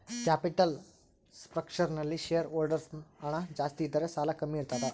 capital structure ನಲ್ಲಿ share holders ಹಣ ಜಾಸ್ತಿ ಇದ್ದರೆ ಸಾಲ ಕಮ್ಮಿ ಇರ್ತದ